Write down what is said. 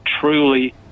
truly